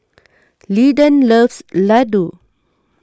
Lyndon loves Laddu